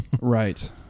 Right